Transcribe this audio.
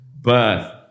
birth